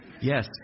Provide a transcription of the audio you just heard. Yes